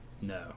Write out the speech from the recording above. No